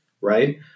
right